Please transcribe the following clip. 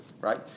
right